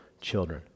children